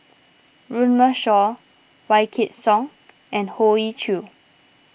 Runme Shaw Wykidd Song and Hoey Choo